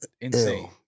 insane